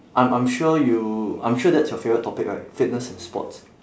I'm I'm sure you I'm sure that's your favourite topic right fitness and sports